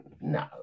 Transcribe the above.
no